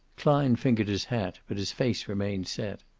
klein fingered his hat, but his face remained set.